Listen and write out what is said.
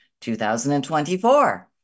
2024